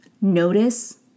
notice